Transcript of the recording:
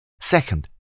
Second